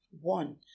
One